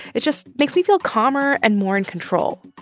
it just makes me feel calmer and more in control.